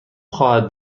خواهد